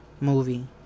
movie